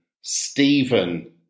Stephen